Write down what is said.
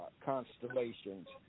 Constellations